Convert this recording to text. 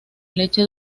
leche